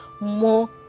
more